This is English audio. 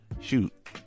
Shoot